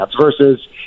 versus